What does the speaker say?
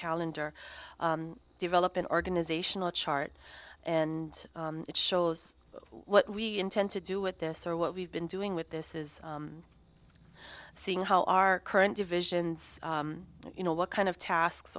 calendar develop an organizational chart and it shows what we intend to do with this or what we've been doing with this is seeing how our current divisions you know what kind of tasks